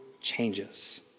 changes